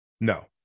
No